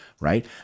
Right